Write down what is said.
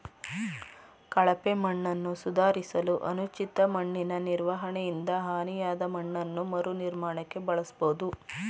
ಕಳಪೆ ಮಣ್ಣನ್ನು ಸುಧಾರಿಸಲು ಅನುಚಿತ ಮಣ್ಣಿನನಿರ್ವಹಣೆಯಿಂದ ಹಾನಿಯಾದಮಣ್ಣನ್ನು ಮರುನಿರ್ಮಾಣಕ್ಕೆ ಬಳಸ್ಬೋದು